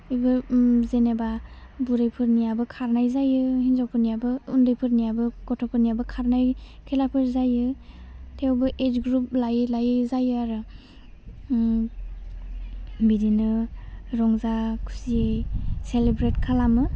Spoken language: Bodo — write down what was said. उम जेनेबा बुरैफोरनियाबो खारनाय जायो हिन्जावफोरनियाबो उन्दैफोरनियाबो गथ'फोरनियाबो खारनाय खेलाफोर जायो थेवबो एज ग्रुप लायै लायै जायो आरो बिदिनो रंजा खुसियै सेलेब्रेट खालामो